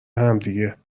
همدیگه